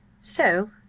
So